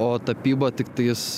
o tapyba tiktais